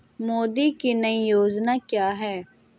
मोदी की नई योजना क्या है?